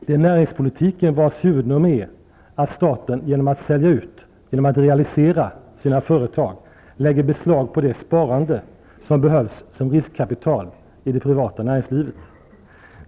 Det är näringspolitiken, vars huvudnummer är att staten genom att realisera, sälja ut, sina företag lägger beslag på det sparande som behövs som riskkapital i det privata näringslivet.